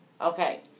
Okay